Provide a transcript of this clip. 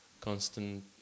constant